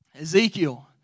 Ezekiel